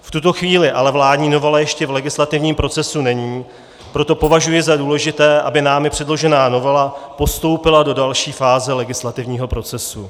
V tuto chvíli ale vládní novela ještě v legislativním procesu není, proto považuji za důležité, aby námi předložená novela postoupila do další fáze legislativního procesu.